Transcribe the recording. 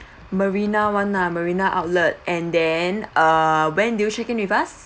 marina [one] ah marina outlet and then err when did you checked in with us